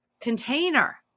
container